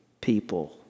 people